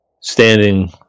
standing